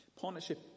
Partnership